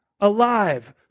alive